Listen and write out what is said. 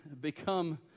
become